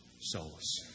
souls